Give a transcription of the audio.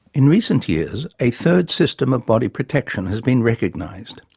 in recent years, a third system of body protection has been recognised.